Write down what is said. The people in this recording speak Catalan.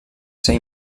ser